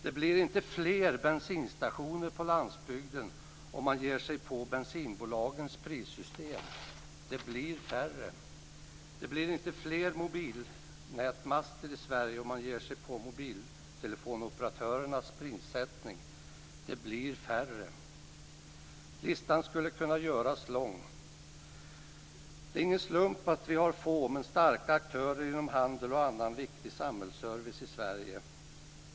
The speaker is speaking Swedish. Det blir inte fler bensinstationer på landsbygden om man ger sig på bensinbolagens prissystem. Det blir färre. Det blir inte fler mobilnätmaster i Sverige om man ger sig på mobiltelefonoperatörernas prissättning. Det blir färre. Listan skulle kunna göras lång. Det är ingen slump att vi har få men starka aktörer inom handel och annan viktig samhällsservice i Sverige.